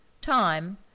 Time